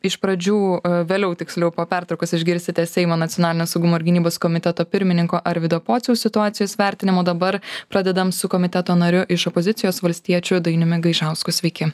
iš pradžių vėliau tiksliau po pertraukos išgirsite seimo nacionalinio saugumo ir gynybos komiteto pirmininko arvydo pociaus situacijos vertinimą o dabar pradedam su komiteto nariu iš opozicijos valstiečiu dainiumi gaižausku sveiki